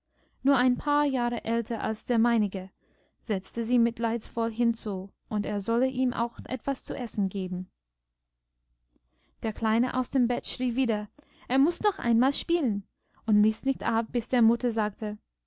nur ein paar jahre älter als der meinige setzte sie mitleidsvoll hinzu und er solle ihm auch etwas zu essen geben der kleine aus dem bett schrie wieder er muß noch einmal spielen und ließ nicht ab bis die mutter sagte